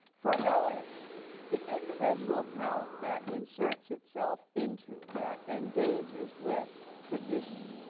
for eliot the individual talent that inserts itself into, that engages with, tradition